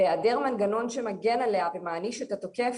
בהיעדר מנגנון שמגן עליה ומעניש את התוקף